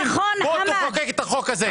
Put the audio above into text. בוא תחוקק את החוק הזה.